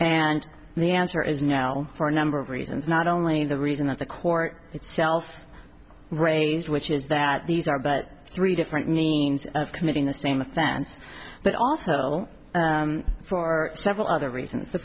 and the answer is no for a number of reasons not only the reason that the court itself raised which is that these are but three different means of committing the same offense but also for several other reasons t